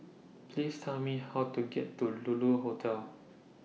Please Tell Me How to get to Lulu Hotel